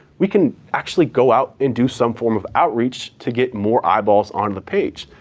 we can actually go out and do some form of outreach to get more eyeballs on the page.